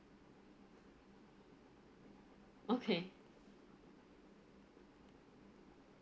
okay